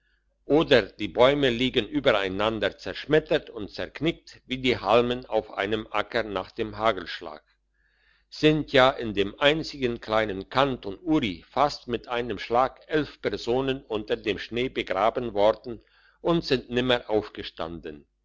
oder die bäume liegen übereinander zerschmettert und zerknickt wie die halmen auf einem acker nach dem hagelschlag sind ja in dem einzigen kleinen kanton uri fast mit einem schlag elf personen unter dem schnee begraben worden und sind nimmer auferstanden